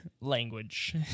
language